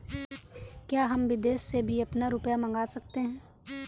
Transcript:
क्या हम विदेश से भी अपना रुपया मंगा सकते हैं?